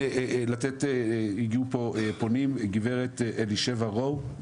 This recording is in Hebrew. הגיעו לפה פונים, גברת אלישבע רואו.